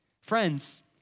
Friends